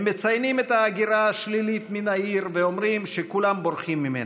הם מציינים את ההגירה השלילית מן העיר ואומרים שכולם בורחים ממנה,